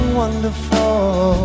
wonderful